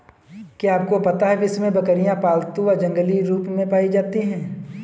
क्या आपको पता है विश्व में बकरियाँ पालतू व जंगली रूप में पाई जाती हैं?